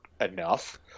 enough